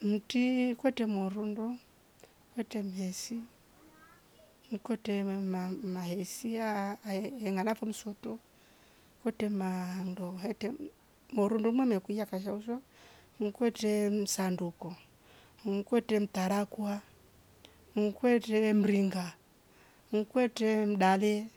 Mti kwete muarandu. kwete mhesi. mkwete ma- mahesia aah ehh inamata msutu. kwete na ndo hete murundo nane kuya fashausho. mkwete msanduku. mkwete mtarakwa. mkwete mringa. mkwete mdale.